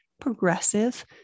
progressive